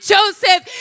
Joseph